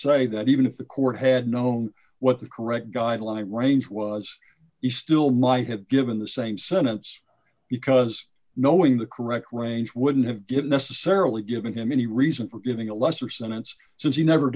say that even if the court had known what the correct guideline range was he still might have given the same sentence because knowing the correct range wouldn't have given necessarily giving him any reason for giving a lesser sentence since he never